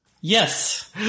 Yes